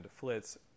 flitz